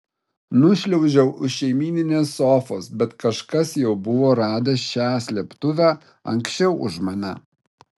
nušliaužiau už šeimyninės sofos bet kažkas jau buvo radęs šią slėptuvę anksčiau už mane